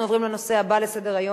אנחנו עוברים לנושא הבא בסדר-היום,